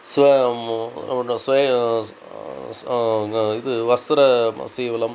स्व स्वे स् इद् वस्त्रसीवलम्